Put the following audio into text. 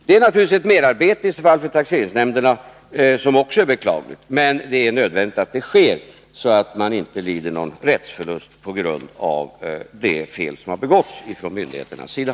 Det blir naturligtvis ett merarbete för taxeringsnämnderna, vilket också är beklagligt, men det är nödvändigt att kontrollen sker, så att deklaranterna inte lider någon rättsförlust på grund av de fel som har begåtts från myndigheternas sida.